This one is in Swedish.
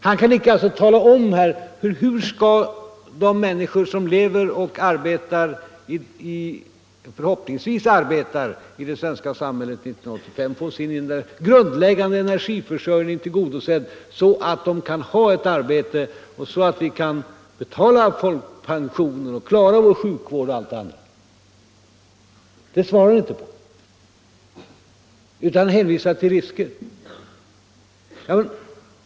Han kan inte tala om hur de människor som lever och förhoppningsvis arbetar i det svenska samhället 1985 skall få sin grundläggande energiförsörjning tillgodosedd, så att de har arbeten och kan betala folkpensioner, sjukvård och allt det andra. Det svarar han inte på, utan han hänvisar till risker.